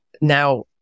now